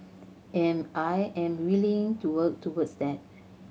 and I am willing to work towards that